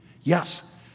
Yes